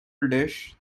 dish